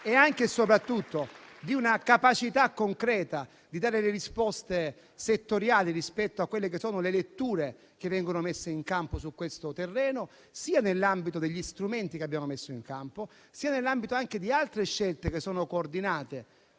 anche e soprattutto rispetto a una capacità concreta di dare risposte settoriali rispetto alle letture messe in campo su questo terreno, sia nell'ambito degli strumenti che abbiamo predisposto, sia nell'ambito anche di altre scelte che sono coordinate,